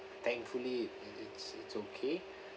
thankfully it it's it's it's okay